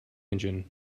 engine